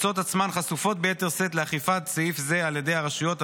מוצאות את עצמן חשופות ביתר שאת לאכיפת סעיף זה על ידי הרשויות.